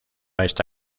está